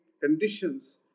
conditions